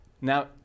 Now